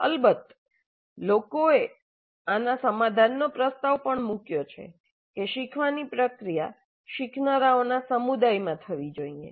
અલબત્ત લોકોએ આના સમાધાનનો પ્રસ્તાવ પણ મૂક્યો છે કે શીખવાની પ્રક્રિયા શીખનારાઓના સમુદાયમાં થવી જોઈએ